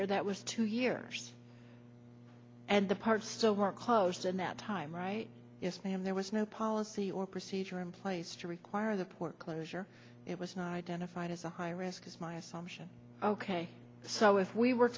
year that was two years and the parts so were close in that time right yes ma'am there was no policy or procedure in place to require the port closure it was not identified as a high risk because my assumption ok so if we were